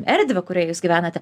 erdvę kurioje jūs gyvenate